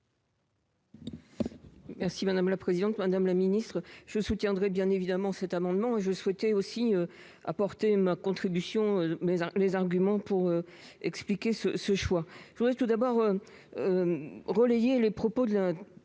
Merci madame la présidente, madame la Ministre je soutiendrai bien évidemment cet amendement, je souhaitais aussi apporter ma contribution, mais les arguments pour expliquer ce ce choix, je voudrais tout d'abord relayé les propos de la